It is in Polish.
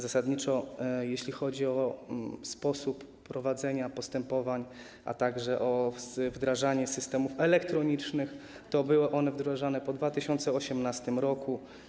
Zasadniczo jeśli chodzi o sposób prowadzenia postępowań, a także o wdrażanie systemów elektronicznych, to były one wdrażane po 2018 r.